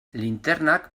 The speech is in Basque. linternak